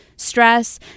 stress